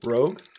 Rogue